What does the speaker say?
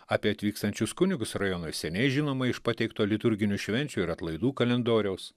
apie atvykstančius kunigus rajonui seniai žinoma iš pateikto liturginių švenčių ir atlaidų kalendoriaus